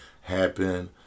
happen